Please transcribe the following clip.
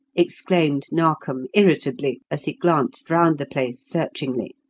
exclaimed narkom irritably, as he glanced round the place searchingly.